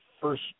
first